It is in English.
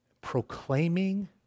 proclaiming